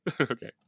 okay